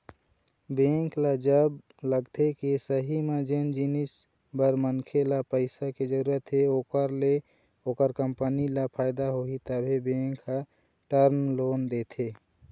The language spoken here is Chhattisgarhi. बेंक ल जब लगथे के सही म जेन जिनिस बर मनखे ल पइसा के जरुरत हे ओखर ले ओखर कंपनी ल फायदा होही तभे बेंक ह टर्म लोन देथे